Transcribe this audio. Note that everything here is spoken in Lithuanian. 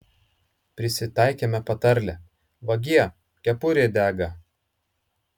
prisitaikėme patarlę vagie kepurė dega